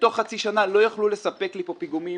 תוך חצי שנה לא יוכלו לספק לי פיגומים